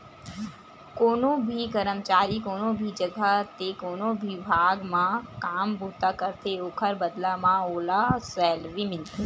कोनो भी करमचारी कोनो भी जघा ते कोनो बिभाग म काम बूता करथे ओखर बदला म ओला सैलरी मिलथे